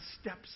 steps